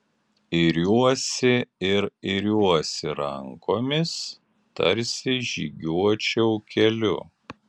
iriuosi ir iriuosi rankomis tarsi žygiuočiau keliu